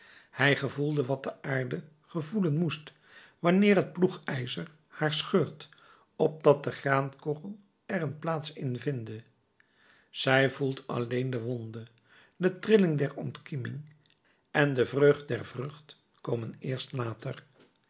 hij gevoelde wat de aarde gevoelen moet wanneer het ploegijzer haar scheurt opdat de graankorrel er een plaats in vinde zij voelt alleen de wonde de trilling der ontkieming en de vreugd der vrucht komen eerst later